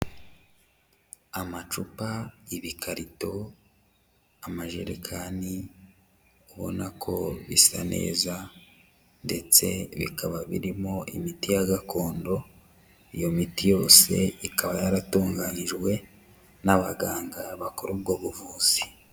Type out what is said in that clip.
Amacupa, ibikarito, amajerekani ubona ko bisa neza ndetse bikaba birimo imiti ya gakondo, iyo miti yose ikaba yaratunganyijwe n'abaganga bakora ubwo buvuzi.